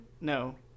no